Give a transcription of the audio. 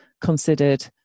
considered